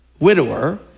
widower